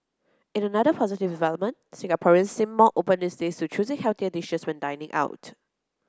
in another positive development Singaporeans seem more open these days to choosing healthier dishes when dining out